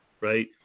right